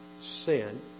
sin